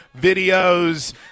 videos